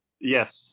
Yes